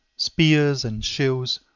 spears and shields,